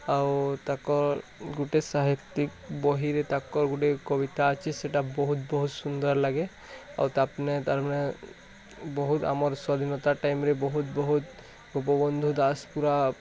ଆଉ ତାଙ୍କ ଗୋଟେ ସାହିତିକ ବହିରେ ତାଙ୍କର ଗୁଟେ କବିତା ଅଛି ସେଇଟା ବହୁତ ବହୁତ ସୁନ୍ଦର ଲାଗେ ଆଉ ତାପମାନେ ତାରମାନେ ବହୁତ୍ ଆମର୍ ସ୍ଵାଧିନତା ଟାଇମ୍ ରେ ବହୁତ ବହୁତ ଗୋପବନ୍ଧୁ ଦାସ ପୁରା